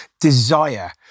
desire